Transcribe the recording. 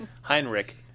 Heinrich